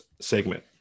segment